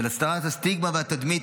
של הסרת הסטיגמה והתדמית,